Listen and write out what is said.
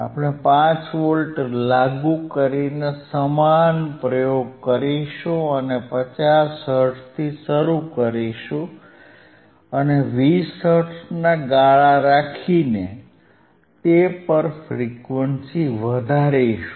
આપણે 5 વોલ્ટ લાગુ કરીને સમાન પ્રયોગ કરીશું અને 50 હર્ટ્ઝથી શરૂ કરીશું અને 20 હર્ટ્ઝના ગાળા રાખીને તે પર ફ્રીક્વન્સી વધારીશું